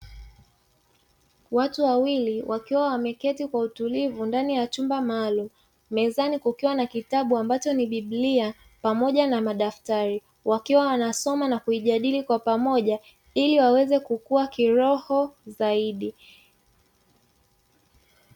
Watu wawili wakiwa wameketi kwa utulivu ndani ya chumba maalumu, mezani kukiwa na kitabu ambacho ni biblia pamoja na madaftari wakiwa wanasoma na kuijadili kwa pamoja ili waweze kukua kiroho zaidi.